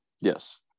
yes